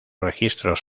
registros